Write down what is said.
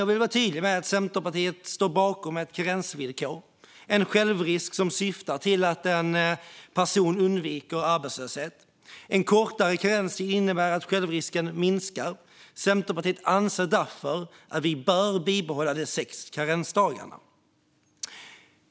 Jag vill vara tydlig med att Centerpartiet står bakom ett karensvillkor, en självrisk, som syftar till att en person undviker arbetslöshet. En kortare karenstid innebär att självrisken minskar. Centerpartiet anser därför att vi bör bibehålla de sex karensdagarna.